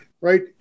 right